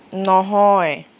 নহয়